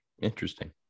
Interesting